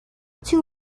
two